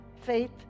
faith